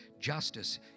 justice